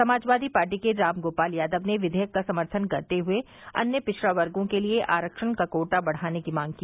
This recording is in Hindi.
समाजवादी पार्टी के रामगोपाल यादव ने विधेयक का समर्थन करते हुए अन्य पिछड़ा वर्गों के लिये आरक्षण का कोटा बढ़ाने की मांग की